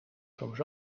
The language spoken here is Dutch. soms